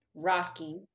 Rocky